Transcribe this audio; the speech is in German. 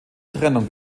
trennung